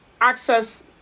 access